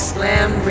Slam